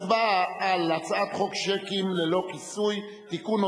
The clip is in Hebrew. הצבעה על הצעת חוק שיקים ללא כיסוי (תיקון,